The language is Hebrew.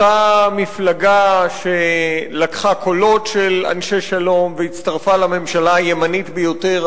אותה מפלגה שלקחה קולות של אנשי שלום והצטרפה לממשלה הימנית ביותר,